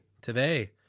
today